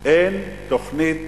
אין תוכנית